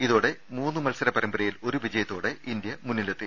ഇതോടെ മൂന്ന് മത്സര പരമ്പരയിൽ ഒരു വിജയ ത്തോടെ ഇന്ത്യ മുന്നിലെത്തി